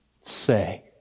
say